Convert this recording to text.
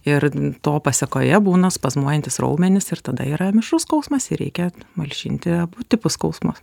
ir to pasekoje būna spazmuojantys raumenys ir tada yra mišrus skausmas ir reikia malšinti abu tipo skausmus